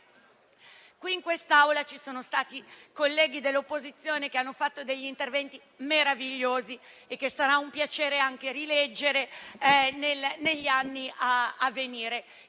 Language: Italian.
In quest'Aula ci sono stati colleghi dell'opposizione che hanno svolto interventi meravigliosi e che sarà anche un piacere rileggere negli anni a venire.